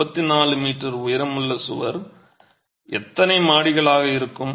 34 metre உயரமுள்ள சுவர் எத்தனை மாடிகளாக இருக்கும்